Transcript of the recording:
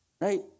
Right